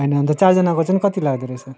होइन अन्त चारजनाको चाहिँ कति लाग्दो रहेछ